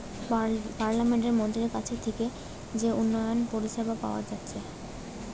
পার্লামেন্টের মন্ত্রীদের কাছ থিকে যে উন্নয়ন পরিষেবা পাওয়া যাচ্ছে